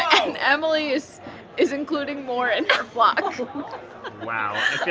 and emily's is including more in her flock wow. i